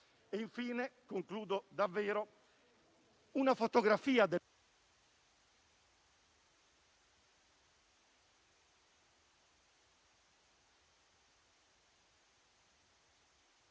Infine, concludo davvero con una fotografia del...